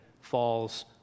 falls